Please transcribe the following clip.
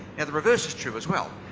and the reverse is true as well.